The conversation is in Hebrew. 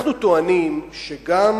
אנחנו טוענים שגם